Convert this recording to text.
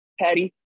Patty